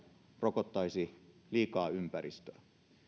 rokottaisi liikaa ympäristöä